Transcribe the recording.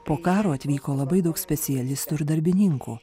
po karo atvyko labai daug specialistų ir darbininkų